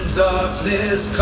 darkness